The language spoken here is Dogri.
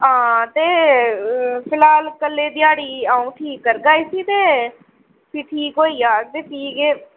हां ते समान कल्लै ई ध्याड़ी अ'ऊं ठीक करगा इस्सी ते फ्ही ठीक होई जाह्ग ते फ्ही गै